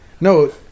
No